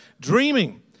Dreaming